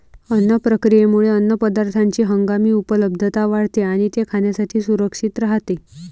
अन्न प्रक्रियेमुळे अन्नपदार्थांची हंगामी उपलब्धता वाढते आणि ते खाण्यासाठी सुरक्षित राहते